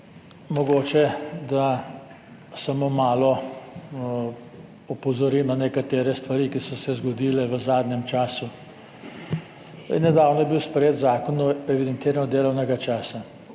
Mogoče, da samo malo opozorim na nekatere stvari, ki so se zgodile v zadnjem času. Nedavno je bil sprejet Zakon o evidentiranju delovnega časa